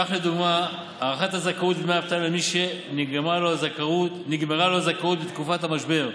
כך לדוגמה הארכת הזכאות לדמי אבטלה למי שנגמרה לו הזכאות בתקופת המשבר.